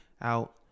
out